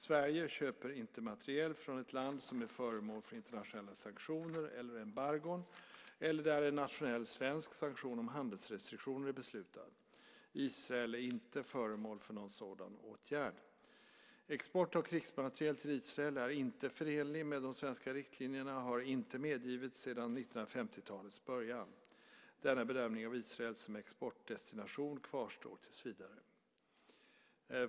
Sverige köper inte materiel från ett land som är föremål för internationella sanktioner eller embargon, eller där en nationell svensk sanktion om handelsrestriktioner är beslutad. Israel är inte föremål för någon sådan åtgärd. Export av krigsmateriel till Israel är inte förenlig med de svenska riktlinjerna och har inte medgivits sedan 1950-talets början. Denna bedömning av Israel som exportdestination kvarstår tills vidare.